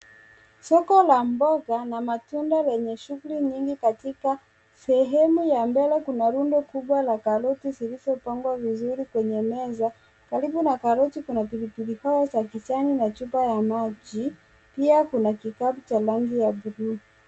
Soko la mboga na matunda lenye shughuli nyingi katika sehemu ya mbele kuna rundo kubwa la karoti zilizopangwa vizuri kwenye meza. Karibu na karoti kuna pilipili hoho za kijani na chupa ya maji, pia kuna kikapu cha rangi ya bluu.